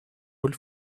роль